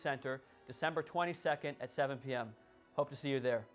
center december twenty second at seven pm hope to see you there